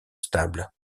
stables